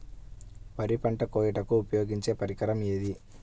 వరి పంట కోయుటకు ఉపయోగించే పరికరం ఏది?